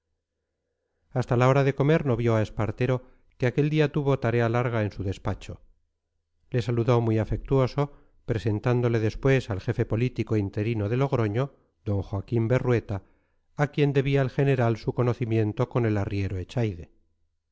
hasta la hora de comer no vio a espartero que aquel día tuvo tarea larga en su despacho le saludó muy afectuoso presentándole después al jefe político interino de logroño d joaquín berrueta a quien debía el general su conocimiento con el arriero echaide